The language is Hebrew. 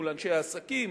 מול אנשי העסקים,